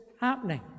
happening